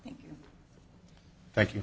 thank you thank you